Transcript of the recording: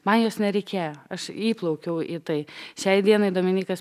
man jos nereikėjo aš įplaukiau į tai šiai dienai dominykas